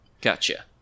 Gotcha